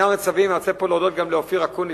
אני רוצה להודות פה גם לאופיר אקוניס,